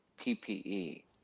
ppe